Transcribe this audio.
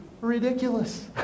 ridiculous